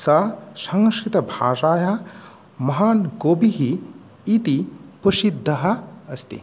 सः संस्कृतभाषायां महान् कविः इति प्रसिद्धः अस्ति